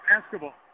basketball